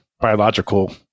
biological